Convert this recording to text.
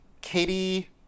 Katie